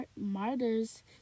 martyrs